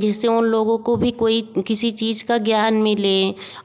जिससे उन लोगों को भी कोई किसी चीज़ का ज्ञान मिले